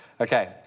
Okay